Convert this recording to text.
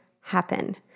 happen